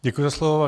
Děkuji za slovo.